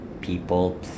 people